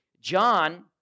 John